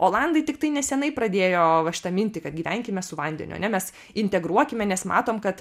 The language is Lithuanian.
olandai tiktai nesenai pradėjo va šitą mintį kad gyvenkime su vandeniu ane mes integruokime nes matom kad